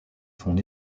fonds